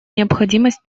необходимость